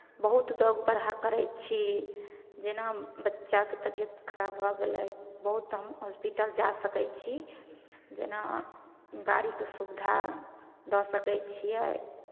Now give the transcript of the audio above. बहुत दौड़ बढ़ा करै छी जेना बच्चाके तबियत खराब भऽ गेलै बहुत तऽ हम हॉस्पिटल जा सकै छी जेना गाड़ीके सुविधा दऽ सकै छियै